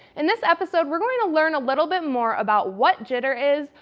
in this episode we're going to learn a little bit more about what jitter is,